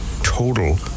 total